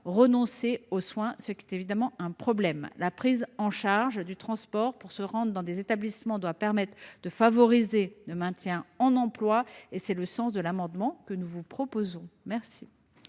renoncer aux soins, ce qui pose évidemment problème. La prise en charge du transport pour se rendre dans des établissements doit permettre de favoriser le maintien en emploi. Tel est le sens de cet amendement. L’amendement